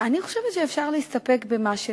אני חושבת שאפשר להסתפק במה שנאמר,